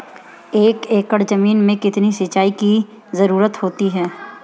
एक एकड़ ज़मीन में कितनी सिंचाई की ज़रुरत होती है?